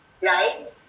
right